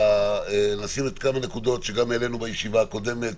נשים עוד כמה נקודות שהעלינו גם בישיבה הקודמת